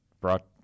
brought